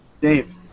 Dave